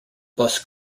bus